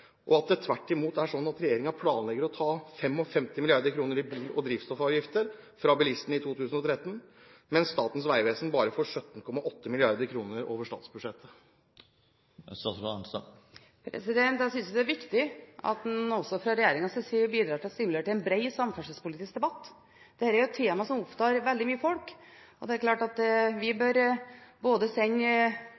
og at det tvert imot er slik at regjeringen planlegger å ta 55 mrd. kr i bil- og drivstoffavgifter fra bilistene i 2013, mens Statens vegvesen bare får 17,8 mrd. kr over statsbudsjettet? Jeg synes det er viktig at en også fra regjeringens side bidrar til å stimulere til en bred samferdselspolitisk debatt. Dette er et tema som opptar veldig mange. Det er klart at vi